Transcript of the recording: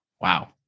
Wow